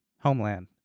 Homeland